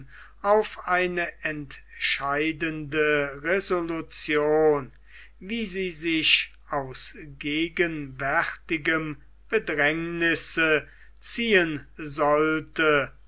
auf eine entscheidende resolution wie sie sich aus gegenwärtigem bedrängnisse ziehen sollte